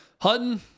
Hutton